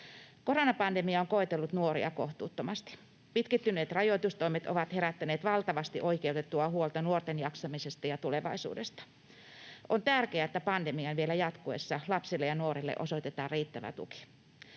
Koronapandemia on koetellut nuoria kohtuuttomasti. Pitkittyneet rajoitustoimet ovat herättäneet valtavasti oikeutettua huolta nuorten jaksamisesta ja tulevaisuudesta. On tärkeää, että pandemian vielä jatkuessa lapsille ja nuorille osoitetaan riittävä tuki.